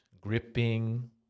gripping